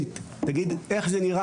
בתי ספר,